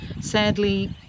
Sadly